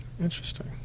Interesting